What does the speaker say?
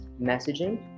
messaging